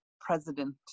president